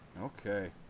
Okay